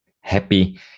happy